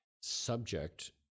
subject